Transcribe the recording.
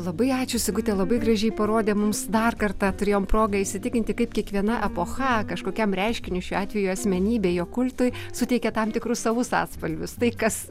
labai ačiū sigute labai gražiai parodė mums dar kartą turėjom progą įsitikinti kaip kiekviena epocha kažkokiam reiškiniui šiuo atveju asmenybė jo kultui suteikia tam tikrus savus atspalvius tai kas